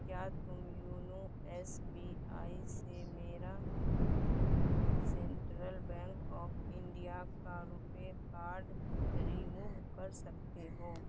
کیا تم YONO S B I سے میرا سنٹرل بینک آف انڈیا کا روپے کارڈ ریموو کر سکتے ہو